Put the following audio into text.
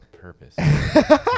purpose